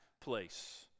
place